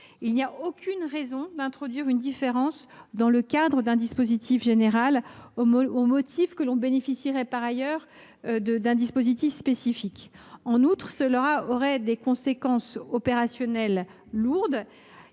Rien ne justifie d’introduire une différence dans le cadre d’un dispositif général au motif que l’on bénéficierait par ailleurs d’un dispositif spécifique. En outre, cela emporterait des conséquences opérationnelles lourdes